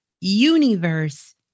universe